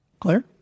Claire